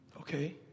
Okay